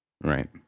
Right